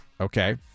Okay